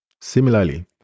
Similarly